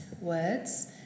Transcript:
words